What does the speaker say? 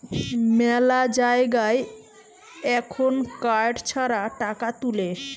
মেলা জায়গায় এখুন কার্ড ছাড়া টাকা তুলে